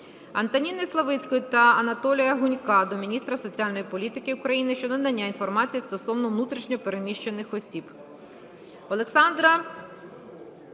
Антоніни Славицької та Анатолія Гунька до Міністра соціальної політики України щодо надання інформації стосовно внутрішньо переміщених осіб.